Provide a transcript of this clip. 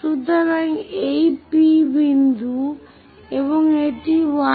সুতরাং এইটি P বিন্দু এবং এইটি 1'